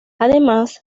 además